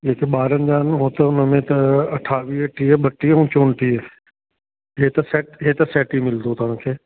हिक ॿारनि जा आहिनि उहो त हुनमें त अठावीह टीह ॿटीह ऐं चौटीह हीअ त सैट हीअ त सैट ई मिलंदो तव्हांखे